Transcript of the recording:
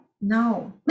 No